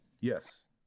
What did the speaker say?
Yes